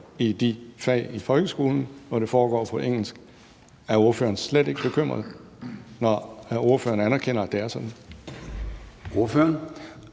i de fag i folkeskolen, når det foregår på engelsk. Er ordføreren slet ikke bekymret, når ordføreren anerkender, at det er sådan?